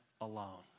alone